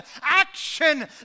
action